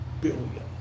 billion